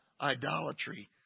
idolatry